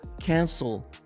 cancel